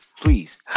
please